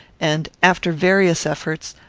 and, after various efforts,